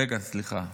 רגע, סליחה.